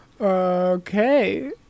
Okay